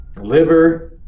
liver